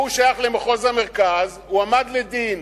והוא שייך למחוז המרכז, הועמד לדין